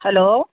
hello